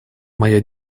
моя